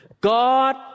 God